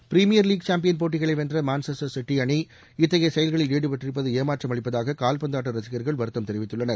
premier league champion போட்டிகளை வென்ற Manchester City அணி இத்தகைய செயல்களில் ஈடுபட்டிருப்பது ஏமாற்றம் அளிப்பதாக கால்பந்தாட்ட ரசிகர்கள் வருத்தம் தெிவித்துள்ளனர்